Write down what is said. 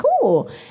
cool